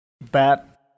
bad